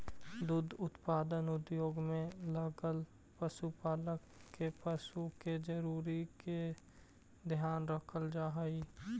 दुग्ध उत्पादन उद्योग में लगल पशुपालक के पशु के जरूरी के ध्यान रखल जा हई